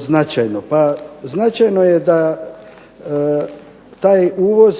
značajno? Pa značajno je da taj uvoz